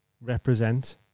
represent